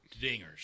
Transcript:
dingers